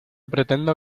pretendo